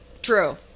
True